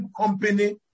Company